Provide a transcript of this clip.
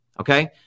Okay